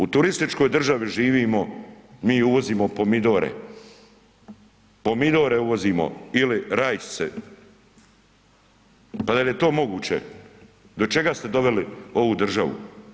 U turističkoj državi živimo, mi uvozimo pomidore, pomidore uvozimo ili rajčice, pa da li je to moguće, do čega ste doveli ovu državu?